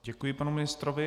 Děkuji panu ministrovi.